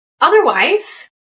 Otherwise